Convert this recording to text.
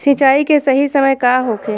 सिंचाई के सही समय का होखे?